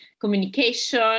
communication